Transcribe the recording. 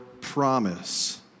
promise